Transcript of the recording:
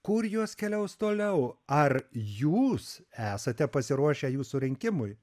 kur jos keliaus toliau ar jūs esate pasiruošę jų surinkimui